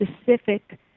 specific